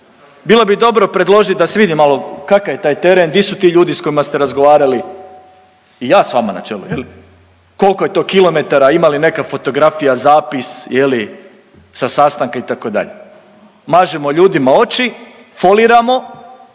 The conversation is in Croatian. Bilo bi dobro predložit da se vidi malo kakav je taj teren, di su ti ljudi s kojima ste razgovarali i ja s vama na čelu je li, kolko je to kilometara, ima li neka fotografija, zapis je li sa sastanka itd.. Mažemo ljudima oči, foliramo